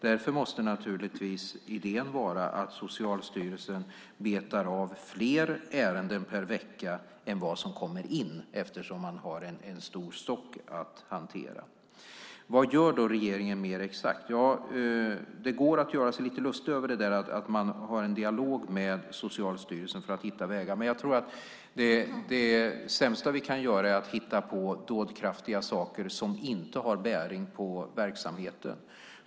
Därför måste idén naturligtvis vara att Socialstyrelsen betar av flera ärenden per vecka än vad som kommer in, eftersom man har en stor ärendestock att hantera. Vad gör då regeringen mer exakt? Det går att göra sig lite lustig över att man har en dialog med Socialstyrelsen för att hitta vägar. Men det sämsta vi kan göra tror jag är att hitta på dådkraftiga saker som inte har bäring på verksamheten.